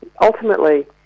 Ultimately